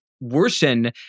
worsen